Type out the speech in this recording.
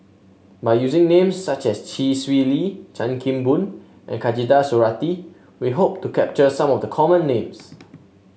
by using names such as Chee Swee Lee Chan Kim Boon and Khatijah Surattee we hope to capture some of the common names